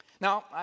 Now